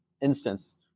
instance